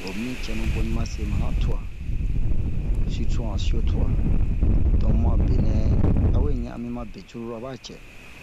wo mi cɛnu boni ɓase ma han tuwa sirtu han siyo tuwa donk mu a benɛ awe ɲan'anmia be curulu aba cɛ